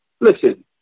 listen